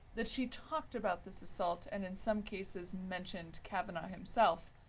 that she talked about this assault, and in some cases, mentioned kavanaugh himself.